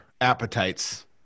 appetites